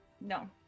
No